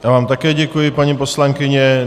Já vám také děkuji, paní poslankyně.